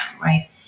right